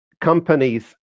companies